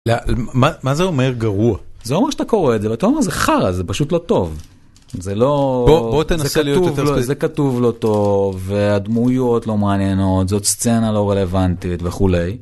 מה זה אומר גרוע זה אומר שאתה קורא את זה ואתה אומר זה חרא זה פשוט לא טוב. זה לא... בוא בוא תנסה להיות יותר... זה כתוב לא טוב והדמויות לא מעניינות זאת סצנה לא רלוונטית וכולי.